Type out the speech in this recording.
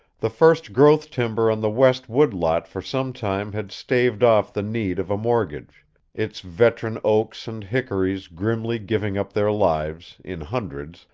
the first-growth timber on the west woodlot for some time had staved off the need of a mortgage its veteran oaks and hickories grimly giving up their lives, in hundreds,